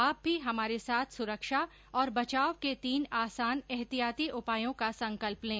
आप भी हमारे साथ सुरक्षा और बचाव के तीन आसान एहतियाती उपायों का संकल्प लें